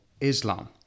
Islam